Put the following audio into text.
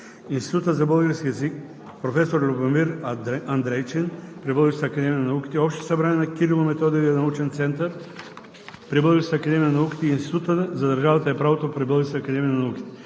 Института за български език „Професор Любомир Андрейчин“ при Българската академия на науките, Общото събрание на Кирило-Методиевския научен център при Българската академия на науките и Института за държавата и правото при Българска академия на науките.